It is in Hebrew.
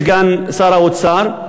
מסגן שר האוצר,